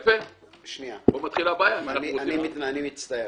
ישבת פה, וכשאנחנו עסקנו בשאלה הזו, ייאמר לזכותך,